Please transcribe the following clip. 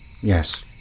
Yes